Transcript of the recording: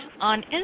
on